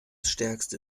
stärkste